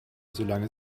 solange